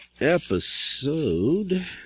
Episode